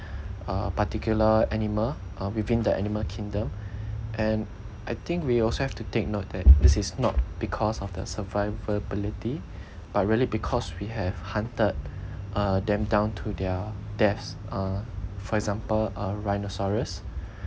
uh particular animal or within the animal kingdom and I think we also have to take note that this is not because of their survivability but really because we have hunted uh them down to their deaths uh for example uh rhinoceros